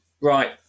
Right